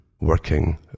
working